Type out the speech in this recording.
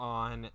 on